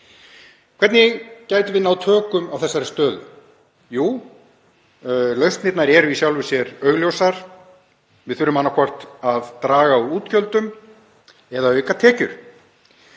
Hvernig gætum við náð tökum á þessari stöðu? Jú, lausnirnar eru í sjálfu sér augljósar. Við þurfum annaðhvort að draga úr útgjöldum eða auka tekjur.